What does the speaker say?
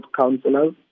councillors